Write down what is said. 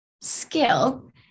skill